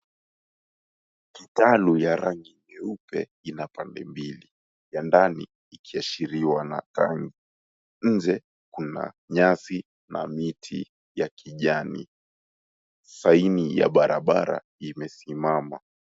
Hekalu ya rangi nyeupe ina pande mbili, ya ndani ikishiriwa na tangi, inje kuna nyasi na miti ya kijani. Saini ya barabara imesimama.